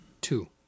Two